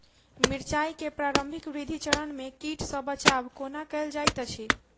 मिर्चाय केँ प्रारंभिक वृद्धि चरण मे कीट सँ बचाब कोना कैल जाइत अछि?